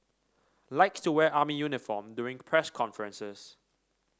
likes to wear army uniform during press conferences